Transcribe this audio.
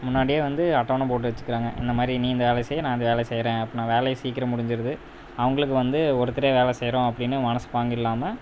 முன்னாடியே வந்து அட்டவணை போட்டு வச்சுக்கிறாங்க இந்த மாதிரி நீ இந்த வேலையை செய் நான் இந்த வேலையை செய்கிறேன் வேலையும் சீக்கிரம் முடிஞ்சிடுது அவங்குளுக்கு வந்து ஒருத்தரே வேலை செய்கிறோம் அப்படின்னு மனது பாங்கு இல்லாமல்